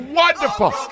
wonderful